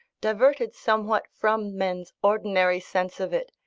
diverted somewhat from men's ordinary sense of it,